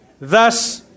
Thus